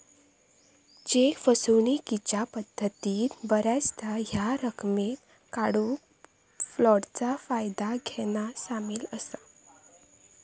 check फसवणूकीच्या पद्धतीत बऱ्याचदा ह्या रकमेक काढूक फ्लोटचा फायदा घेना सामील असा